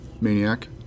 maniac